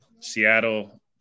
Seattle